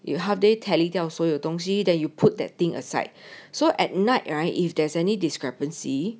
you half day tally 掉所有东西 that you put that thing aside so at night right if there's any discrepancy